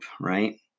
right